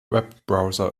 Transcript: webbrowser